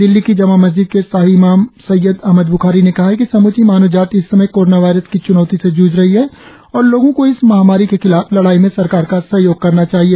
दिल्ली की जामा मस्दिद के शाही इमाम सैय्यद अहमद ब्खारी ने कहा कि सम्ची मानव जाति इस समय कोरोना वायरस की चुनौती से ज्झ रही है और लोगो को इस महामारी के खिलाफ लड़ाई में सरकार का सहयोग करना चाहिए